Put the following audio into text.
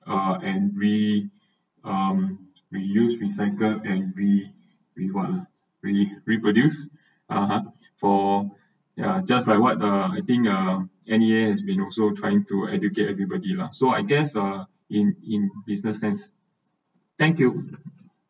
uh and we um reuse recycled and re re what ah re reproduce uh for yeah just like what ah I think ah n e a has been also trying to educate everybody lah so I guess ah in in business sense thank you